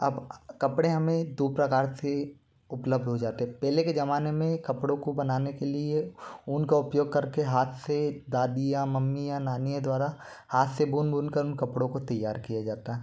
अब कपड़े हमें दो प्रकार से उपलब्ध हो जाते पहले के ज़माने में कपड़ों को बनाने के लिए ऊन का उपयोग करके हाथ से दादी या मम्मी या नानीयाँ द्वारा हाथ से बुन बुन कर उन कपड़ों को तैयार किया जाता है